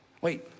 Wait